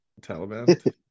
Taliban